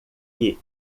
que